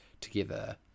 together